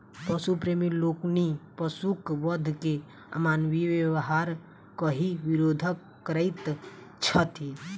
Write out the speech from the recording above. पशु प्रेमी लोकनि पशुक वध के अमानवीय व्यवहार कहि विरोध करैत छथि